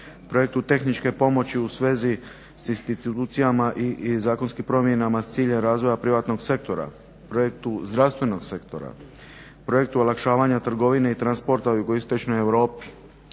projektu tehničke pomoći u svezi s institucijama i zakonskim promjenama s ciljem razvoja privatnog sektora, projektu zdravstvenog sektora, projektu olakšavanja trgovine i transporta u JI Europi,